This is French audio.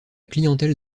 clientèle